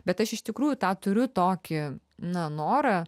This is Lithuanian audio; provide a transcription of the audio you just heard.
bet aš iš tikrųjų tą turiu tokį na norą